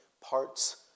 parts